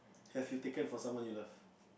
have you taken for someone you love